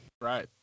Right